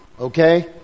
okay